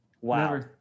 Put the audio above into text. Wow